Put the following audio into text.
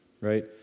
right